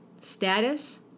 Status